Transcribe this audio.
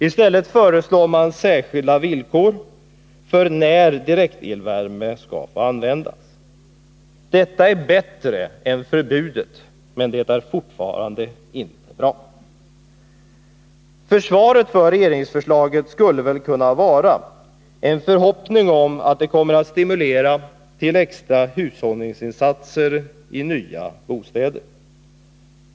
I stället föreslås särskilda villkor för när direktelvärme skall få användas. Detta är bättre än förbudet, men det är fortfarande inte bra. Försvaret för regeringsförslaget skulle kunna vara en förhoppning om att det kommer att stimulera till extra hushållningsinsatser i nya bostäder.